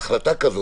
היא לא החלטה קלה.